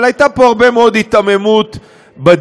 אבל הייתה פה הרבה מאוד היתממות בדיון.